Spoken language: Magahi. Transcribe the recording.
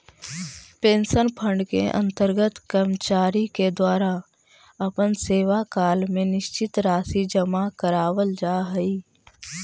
पेंशन फंड के अंतर्गत कर्मचारि के द्वारा अपन सेवाकाल में निश्चित राशि जमा करावाल जा हई